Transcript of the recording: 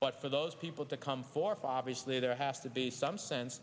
but for those people to come for fabius live there has to be some sense